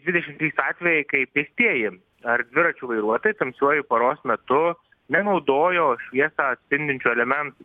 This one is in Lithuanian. dvidešim trys atvejai kai pėstieji ar dviračių vairuotojai tamsiuoju paros metu nenaudojo šviesą atspindinčių elementų